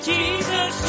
Jesus